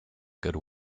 good